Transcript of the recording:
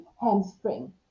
hamstring